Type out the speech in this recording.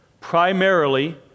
primarily